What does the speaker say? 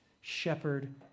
shepherd